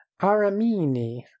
Aramini